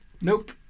Nope